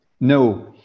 No